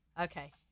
Okay